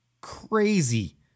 crazy